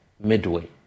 Midway